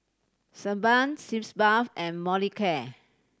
Sebamed Sitz Bath and Molicare